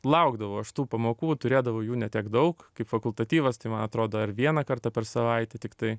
laukdavau aš tų pamokų turėdavau jų ne tiek daug kaip fakultatyvas tai man atrodo ar vieną kartą per savaitę tiktai